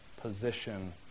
position